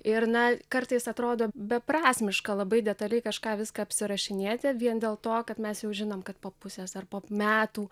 ir na kartais atrodo beprasmiška labai detaliai kažką viską apsirašinėti vien dėl to kad mes jau žinom kad po pusės ar po metų